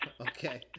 Okay